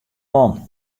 man